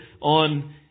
on